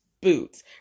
Boots